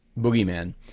boogeyman